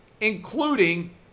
including